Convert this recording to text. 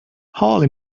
holy